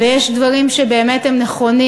ויש דברים שבאמת הם נכונים,